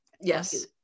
yes